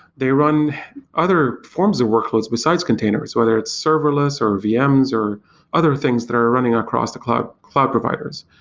they run other forms of workloads besides containers, whether it's serverless, or vms, or other things that are running across the cloud cloud providers.